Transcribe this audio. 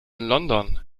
london